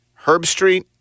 Herbstreet